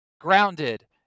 Grounded